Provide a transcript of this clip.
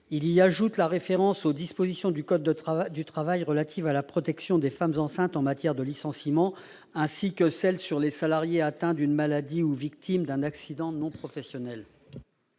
Il ajoute à la référence aux dispositions du code du travail relatives à la protection des femmes enceintes en matière de licenciement une référence à celles qui concernent les salariés atteints d'une maladie ou victimes d'un accident non professionnel.